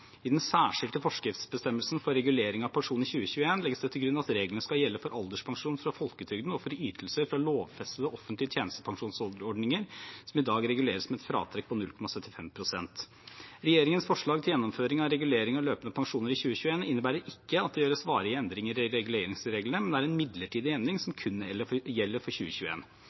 I den særskilte forskriftsbestemmelsen for regulering av pensjon i 2021 legges det til grunn at reglene skal gjelde for alderspensjon fra folketrygden og for ytelser fra lovfestede offentlige tjenestepensjonsordninger som i dag reguleres med et fratrekk på 0,75 pst. Regjeringens forslag til gjennomføring av regulering av løpende pensjoner i 2021 innebærer ikke at det gjøres varige endringer i reguleringsreglene, men er en midlertidig endring som kun gjelder for